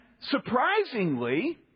surprisingly